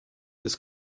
des